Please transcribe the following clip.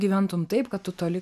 gyventum taip kad tu toli